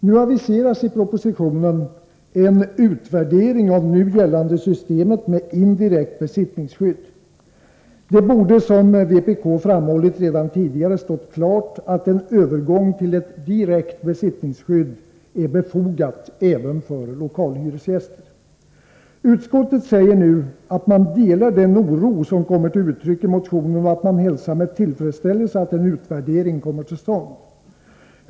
Nu aviseras i propositionen en utvärdering av det nu gällande systemet med indirekt besittningsskydd. Det borde, som vpk framhållit, redan tidigare ha stått klart att en övergång till ett direkt besittningsskydd är befogad även för lokalhyresgäster. Utskottet säger sig nu dela den oro som kommer till uttryck i motionen och hälsar med tillfredsställelse att en utvärdering kommer till stånd.